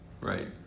right